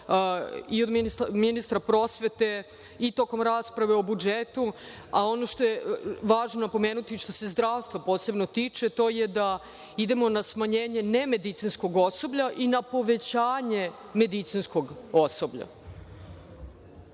i od ministra prosvete i tokom rasprave o budžetu, a ono što je važno napomenuti što se zdravstva posebno tiče, to je da idemo na smanjenje nemedicinskog osoblja i na povećanje medicinskog osoblja.